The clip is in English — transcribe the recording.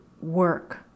work